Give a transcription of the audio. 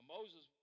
Moses